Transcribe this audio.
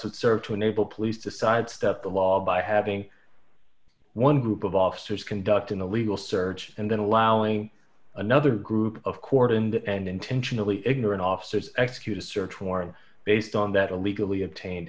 would serve to enable police to sidestep the law by having one group of officers conducting a legal search and then allowing another group of court and and intentionally ignorant officers execute a search warrant based on that illegally obtained